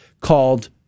called